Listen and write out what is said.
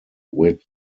width